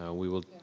yeah we will